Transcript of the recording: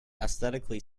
aesthetically